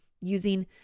using